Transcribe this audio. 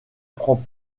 prend